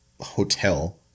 hotel –